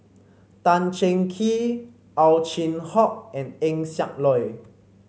Tan Cheng Kee Ow Chin Hock and Eng Siak Loy